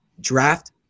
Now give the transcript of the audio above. draft